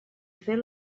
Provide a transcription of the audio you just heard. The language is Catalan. fer